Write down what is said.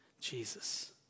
Jesus